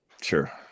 Sure